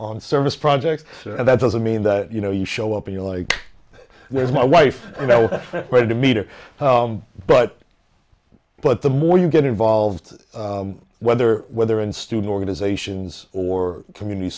on service projects and that doesn't mean that you know you show up you're like there's my wife and i was ready to meet her but but the more you get involved whether whether in student organizations or community